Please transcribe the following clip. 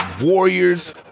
Warriors